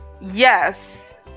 Yes